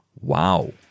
wow